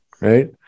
Right